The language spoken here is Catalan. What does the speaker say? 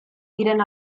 tiren